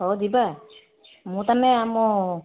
ହଉ ଯିବା ମୁଁ ତାହାନେ ଆମ